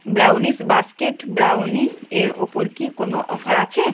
brownies basket brownie এর ওপর কি কোনো অফার আছে